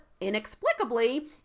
inexplicably